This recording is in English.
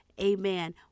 amen